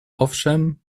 owszem